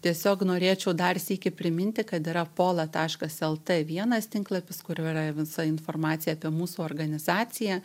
tiesiog norėčiau dar sykį priminti kad yra pola taškas lt vienas tinklapis kur yra visa informacija apie mūsų organizaciją